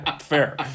Fair